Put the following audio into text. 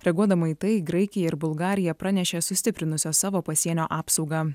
reaguodama į tai graikija ir bulgarija pranešė sustiprinusios savo pasienio apsaugą